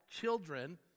children